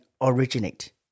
originate